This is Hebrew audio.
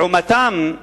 לעומתן,